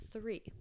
three